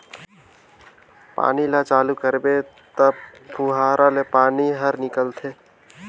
पानी ल चालू करबे त फुहारा ले पानी हर निकलथे